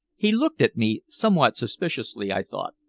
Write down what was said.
he looked at me somewhat suspiciously, i thought,